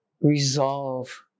resolve